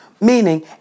meaning